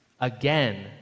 again